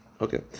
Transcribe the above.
Okay